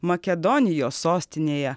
makedonijos sostinėje